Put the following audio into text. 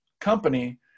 company